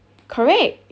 correct